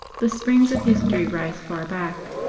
the springs of history rise far back.